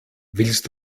willst